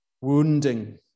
wounding